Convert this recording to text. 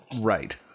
Right